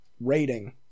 rating